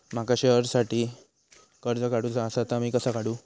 माका शेअरसाठी कर्ज काढूचा असा ता मी कसा काढू?